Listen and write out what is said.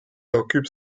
occupe